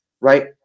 right